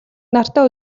нартай